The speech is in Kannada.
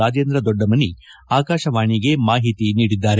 ರಾಜೇಂದ್ರ ದೊಡ್ಡಮನಿ ಆಕಾಶವಾಣಿಗೆ ಮಾಹಿತಿ ನೀಡಿದ್ದಾರೆ